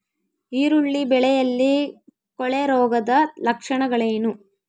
ಈರುಳ್ಳಿ ಬೆಳೆಯಲ್ಲಿ ಕೊಳೆರೋಗದ ಲಕ್ಷಣಗಳೇನು?